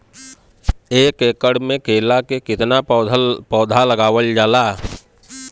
एक एकड़ में केला के कितना पौधा लगावल जाला?